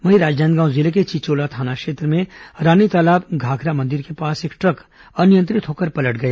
वहीं राजनांदगांव जिले के चिचोला थाना क्षेत्र में रानीतालाब घाघरा मंदिर के पास एक ट्रक अनियंत्रित होकर पलट गया